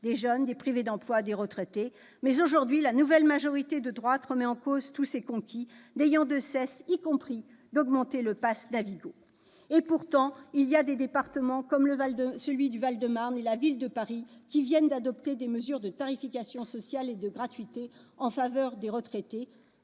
les jeunes, les privés d'emploi et les retraités. Néanmoins, aujourd'hui, la nouvelle majorité de droite remet en cause tous ces acquis, n'ayant de cesse, notamment, d'augmenter le prix du pass Navigo. Pourtant, les départements du Val-de-Marne et de Paris viennent d'adopter des mesures de tarification spéciale et de gratuité en faveur des retraités.